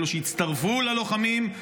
אלה שהצטרפו ללוחמים,